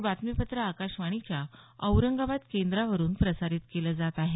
हे बातमीपत्र आकाशवाणीच्या औरंगाबाद केंद्रावरून प्रसारित केलं जात आहे